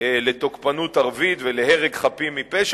לתוקפנות ערבית ולהרג חפים מפשע.